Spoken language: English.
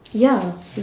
ya it